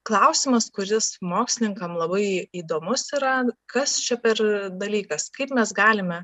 klausimas kuris mokslininkam labai įdomus yra kas čia per dalykas kaip mes galime